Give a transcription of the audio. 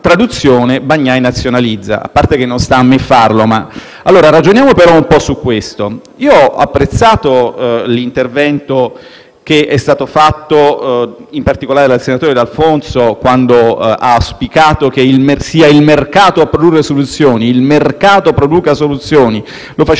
Bagnai nazionalizza. A parte che non sta a me farlo, ragioniamo un po' su questo. Ho apprezzato l'intervento che è stato fatto, in particolare dal senatore D'Alfonso, quando ha auspicato che sia il mercato a produrre soluzioni: il mercato produca soluzioni, diceva